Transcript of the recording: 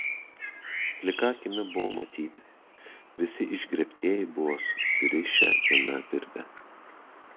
plika akimi buvo matyti visi išgriebtieji buvo susirišę viena virve